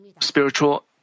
Spiritual